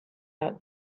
out